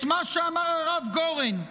את מה שאמר הרב גורן: